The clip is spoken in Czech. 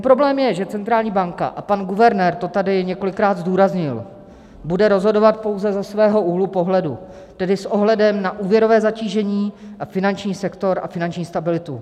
Problém je, že centrální banka a pan guvernér to tady několikrát zdůraznil bude rozhodovat pouze ze svého úhlu pohledu, tedy s ohledem na úvěrové zatížení a finanční sektor a finanční stabilitu.